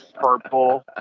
purple